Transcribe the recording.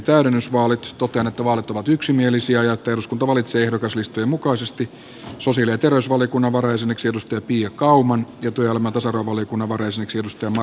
totean että vaalit ovat yksimielisiä ja että eduskunta valitsee ehdokaslistojen mukaisesti sosiaali ja terveysvaliokunnan varajäseneksi pia kauman ja työelämä ja tasa arvovaliokunnan varajäseneksi markku mäntymaan